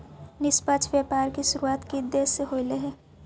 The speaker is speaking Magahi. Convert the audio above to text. निष्पक्ष व्यापार की शुरुआत किस देश से होलई हल